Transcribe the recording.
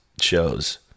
shows